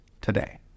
today